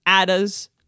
Ada's